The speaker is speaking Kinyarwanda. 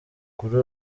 kuri